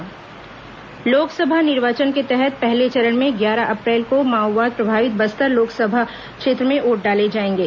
बस्तर लोकसभा निर्वाचन लोकसभा निर्वाचन के तहत पहले चरण में ग्यारह अप्रैल को माओवाद प्रभावित बस्तर लोकसभा क्षेत्र में वोट डाले जाएंगे